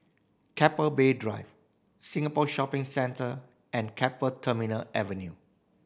Keppel Bay Drive Singapore Shopping Centre and Keppel Terminal Avenue